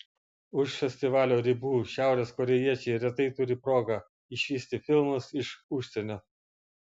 už festivalio ribų šiaurės korėjiečiai retai turi progą išvysti filmus iš užsienio